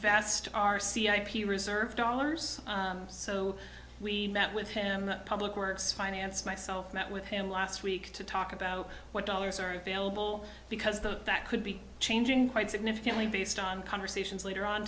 invest r c i p reserve dollars so we met with him the public works finance myself met with him last week to talk about what dollars are available because the that could be changing quite significantly based on conversations later on